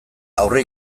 aurre